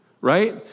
right